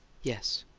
yes.